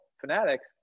fanatics